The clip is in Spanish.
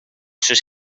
sus